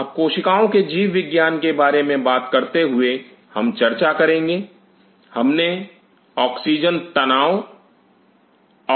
अब कोशिकाओं के जीव विज्ञान के बारे में बात करते हुए हम चर्चा करेंगे हमने ऑक्सीजन तनाव